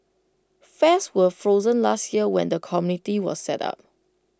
fares were frozen last year when the committee was set up